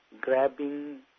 grabbing